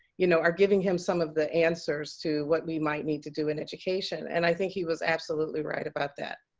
you know, are giving him some of the answers to what we might need to do in education. and i think he was absolutely right about that.